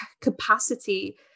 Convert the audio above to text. capacity